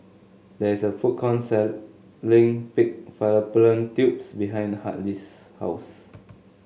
there is a food count selling Pig Fallopian Tubes behind Hartley's house